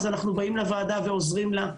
ואנחנו באים לוועדה ועוזרים לה.